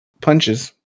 punches